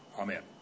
Amen